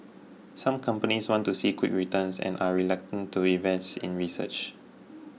some companies want to see quick returns and are reluctant to invest in research